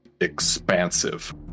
expansive